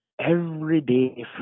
everyday